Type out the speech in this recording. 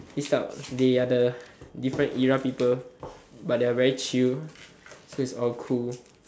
this type of they are the different era people but they are very chill so it's all cool